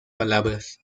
palabras